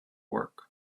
work